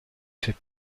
fait